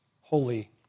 holy